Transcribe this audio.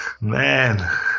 Man